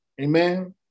Amen